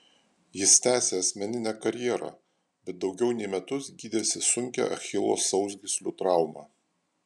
jis tęsė asmeninę karjerą bet daugiau nei metus gydėsi sunkią achilo sausgyslių traumą